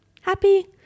happy